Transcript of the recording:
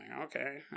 Okay